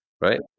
right